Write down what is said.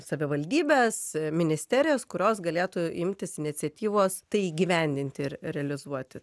savivaldybes ministerijas kurios galėtų imtis iniciatyvos tai įgyvendinti ir realizuoti